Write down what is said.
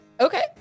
Okay